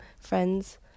friends